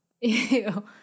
Ew